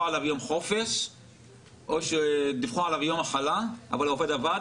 עליו יום חופש או שדיווחו עליו יום מחלה אבל הוא עבד,